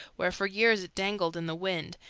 where for years it dangled in the wind,